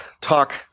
talk